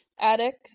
Attic